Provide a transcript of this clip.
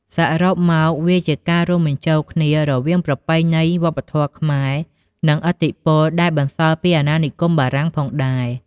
សរុបមក វាជាការរួមបញ្ចូលគ្នារវាងប្រពៃណីវប្បធម៌ខ្មែរ និងឥទ្ធិពលដែលបន្សល់ពីអាណានិគមបារាំងផងដែរ។